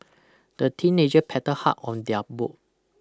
the teenager paddle hard on their boat